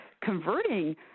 converting